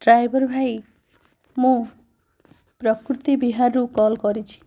ଜୟଗୁରୁ ଭାଇ ମୁଁ ପ୍ରକୃତି ବିହାରରୁ କଲ୍ କରିଛି